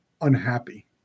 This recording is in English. unhappy